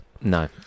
No